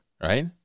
Right